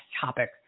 topic